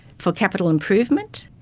for capital improvement,